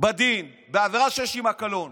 בדין בעבירה שיש עימה קלון.